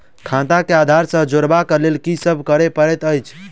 खाता केँ आधार सँ जोड़ेबाक लेल की सब करै पड़तै अछि?